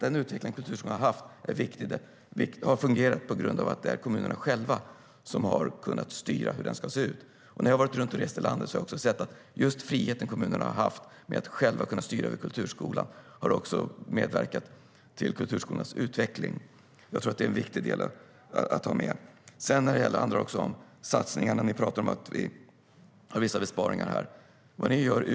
Den utveckling kulturskolorna har haft har berott på att det är kommunerna själva som har styrt hur de ska se ut. När jag har rest runt i landet har jag sett att just den frihet kommunerna har haft att själva styra kulturskolorna har medverkat till kulturskolornas utveckling. Det är en viktig del att ta med. Sedan talar ni om vissa besparingar.